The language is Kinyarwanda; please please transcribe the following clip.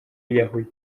yiyahuye